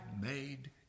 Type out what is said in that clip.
made